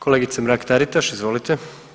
Kolegice Mrak Taritaš, izvolite.